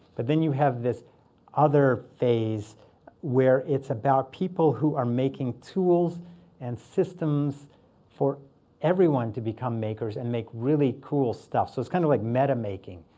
but then you have this other phase where it's about people who are making tools and systems for everyone to become makers and make really cool stuff. so it's kind of like meta-making.